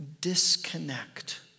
disconnect